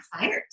fires